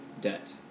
debt